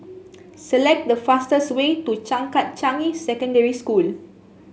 select the fastest way to Changkat Changi Secondary School